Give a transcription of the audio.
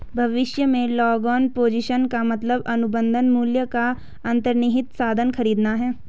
भविष्य में long position का मतलब अनुबंध मूल्य पर अंतर्निहित साधन खरीदना है